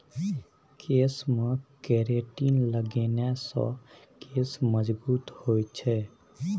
केशमे केरेटिन लगेने सँ केश मजगूत होए छै